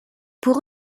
pour